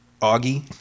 Augie